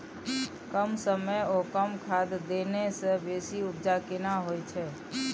कम समय ओ कम खाद देने से बेसी उपजा केना होय छै?